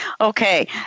Okay